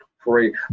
great